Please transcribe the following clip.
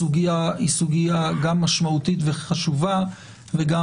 הסוגיה היא סוגיה גם משמעותית וחשובה וגם